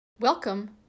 Welcome